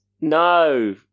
No